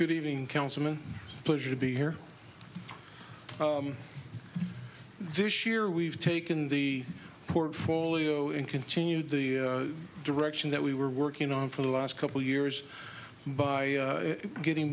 good evening councilman pleasure to be here this year we've taken the portfolio in continued the direction that we were working on for the last couple years by getting